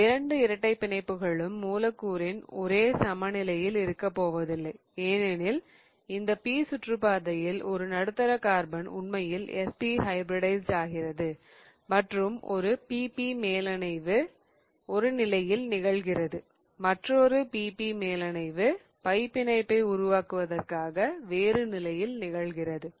இந்த இரண்டு இரட்டைப் இணைப்புகளும் மூலக்கூறின் ஒரே சம நிலையில் இருக்க போவதில்லை ஏனெனில் இந்த p சுற்றுப்பாதையில் ஒரு நடுத்தர கார்பன் உண்மையில் sp ஹைபிரிடைஸ்ட் ஆகிறது மற்றும் ஒரு pp மேலணைவு ஒரு நிலையில் நிகழ்கிறது மற்றொரு pp மேலணைவு பை பிணைப்பை உருவாக்குவதற்காக வேறு நிலையில் நிகழ்கிறது